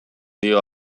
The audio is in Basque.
dio